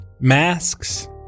masks